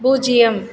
பூஜ்ஜியம்